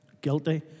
guilty